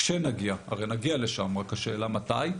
הרי נגיע לשם השאלה מתי.